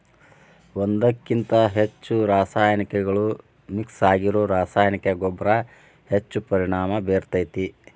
ಒಂದ್ಕಕಿಂತ ಹೆಚ್ಚು ರಾಸಾಯನಿಕಗಳು ಮಿಕ್ಸ್ ಆಗಿರೋ ರಾಸಾಯನಿಕ ಗೊಬ್ಬರ ಹೆಚ್ಚ್ ಪರಿಣಾಮ ಬೇರ್ತೇತಿ